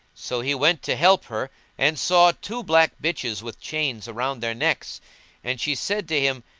so he went to help her and saw two black bitches with chains round their necks and she said to him,